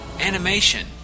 animation